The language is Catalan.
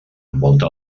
envolta